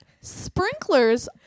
sprinklers